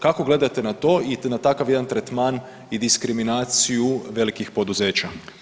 Kako gledate na to i na takav jedan tretman i diskriminaciju velikih poduzeća?